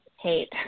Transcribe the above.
hate